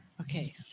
Okay